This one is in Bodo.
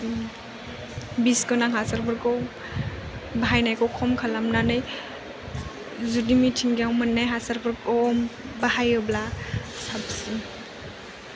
बिस गोनां हासारफोरखौ बाहायनायखौ खम खालामनानै जुदि मिथिंगायाव मोन्नाय हासारफोरखौ बाहायोब्ला साबसिन